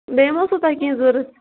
بیٚیہِ ما اوسوٕ تۄہہِ کیٚنٛہہ ضروٗرت